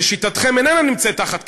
איננה נמצאת תחת כיבוש.